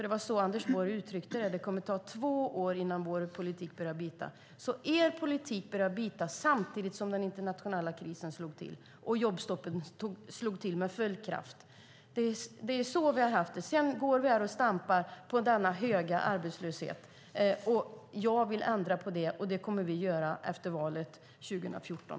Det var ju så Anders Borg uttryckte det: Det kommer att ta två år innan vår politik börjar bita. Er politik började alltså bita samtidigt som den internationella krisen satte in, och jobbstoppet slog till med full kraft. Det är så vi har haft det. Sedan går vi här och stampar med denna höga arbetslöshet. Jag vill ändra på det, och det kommer vi socialdemokrater att göra efter valet 2014.